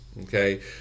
okay